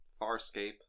Farscape